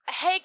Hey